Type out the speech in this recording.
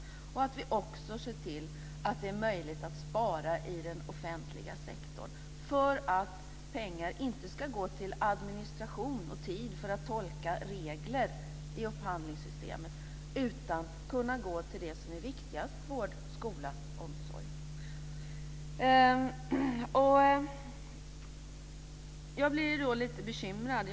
Det är viktigt att vi också ser till att det är möjligt att spara i den offentliga sektorn för att pengar inte ska gå till administration och till tid för att tolka regler i upphandlingssystemet utan till det som är viktigast: vård, skola och omsorg. Jag blir lite bekymrad.